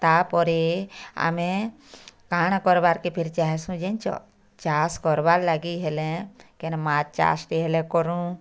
ତା ପରେ ଆମେ କାଁଣା କରବାର୍ କେ ଫିର୍ ଚାଁହେସୁଁ ଜାଣିଛ ଚାଷ୍ କରବାର୍ ଲାଗି ହେଲେ କେନ୍ ମାଛ୍ ଚାଷ୍ଟି ହେଲେ କରୁୁଁ